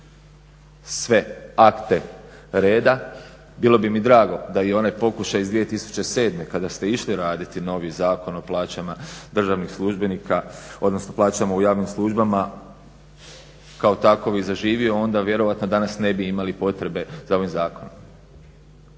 sve akte reda. Bilo bi mi drago da i onaj pokušaj iz 2007. kada ste išli raditi novi Zakon o plaćama državnih službenika, odnosno plaćama u javnim službama kao takovi zaživio onda vjerojatno danas ne bi imali potrebe za ovim zakonom.